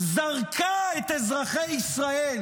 זרקה את אזרחי ישראל